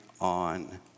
on